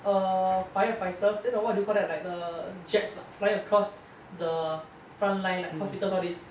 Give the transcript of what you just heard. err firefighters eh no what do you call that like the jets lah flying across the front line like hospitals all this